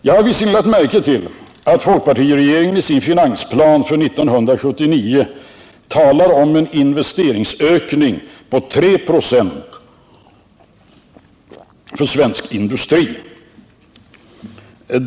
Jag har visserligen lagt märke till att folkpartiregeringen i sin finansplan för 1979 talar om en investeringsökning på 3 96 för svensk industri.